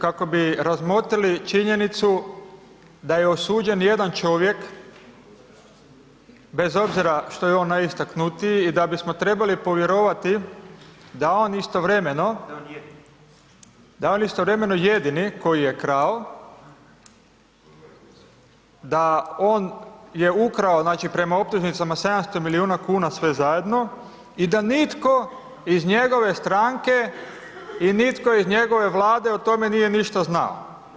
Kako bi razmotrili činjenicu da je osuđen 1 čovjek, bez obzira što je on najistaknutiji i da bismo trebali povjerovati da on istovremeno, jedini, koji je krao, da on je ukrao, znači prema optužnicama 700 milijuna kuna, sve zajedno i da nitko iz njegove stranke i nitko iz njegove vlade o tome nije ništa znao.